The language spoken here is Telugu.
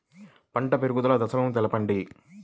పంట పెరుగుదల దశలను తెలపండి?